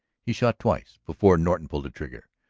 he shot twice before norton pulled the trigger.